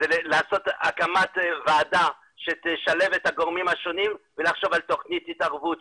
להקים ועדה שתשלב את הגורמים השונים ולחשוב על תוכנית התערבות,